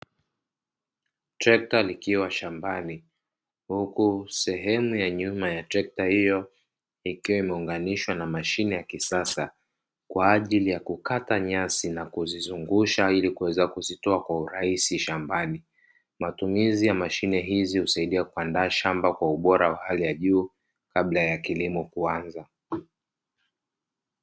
Trekta likiwa shambani, huku sehemu ya nyuma ya trekta hiyo ikiwa imeunganishwa na mashine ya kisasa kwa ajili ya kukata nyasi na kuzizungusha, ili kuweza kuzitoa kwa urahisi shambani. Matumizi ya mashine hizi husaidia kuandaa shamba kwa ubora wa hali ya juu, kabla ya kilimo kuanza.